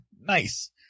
Nice